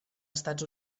estats